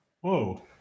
Whoa